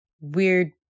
weird